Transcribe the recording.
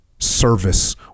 Service